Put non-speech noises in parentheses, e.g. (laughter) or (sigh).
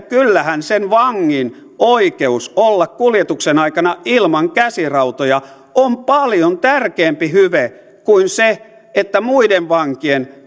(unintelligible) kyllähän sen vangin oikeus olla kuljetuksen aikana ilman käsirautoja on paljon tärkeämpi hyve kuin se että muiden vankien (unintelligible)